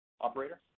Operator